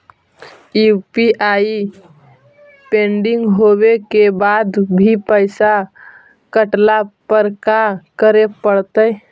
UPI pending होवे के बाद भी पैसा कटला पर का करे पड़तई?